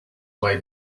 made